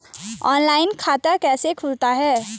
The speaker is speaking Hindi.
ऑनलाइन खाता कैसे खुलता है?